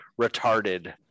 retarded